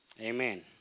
Amen